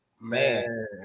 Man